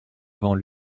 avant